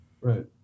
right